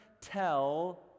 tell